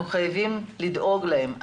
אנחנו חייבים לדאוג להם.